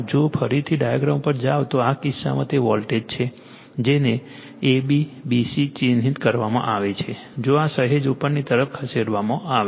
જો ફરીથી ડાયાગ્રામ ઉપર જાઓ તો આ કિસ્સામાં તે વોલ્ટેજ છે જેને a b b c ચિહ્નિત કરવામાં આવે છે જો સહેજ ઉપરની તરફ ખસેડવામાં આવે છે